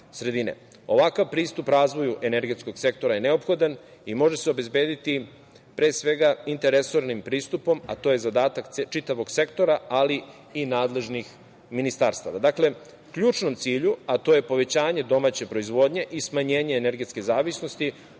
Ovakav pristup razvoju energetskog sektora je neophodan i može se obezbediti pre svega interresornim pristupom, a to je zadatak čitavog sektora, ali i nadležnih ministarstava. Dakle, ključnom cilju, a to je povećanje domaće proizvodnje i smanjenje energetske zavisnosti,